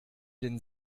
den